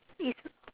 is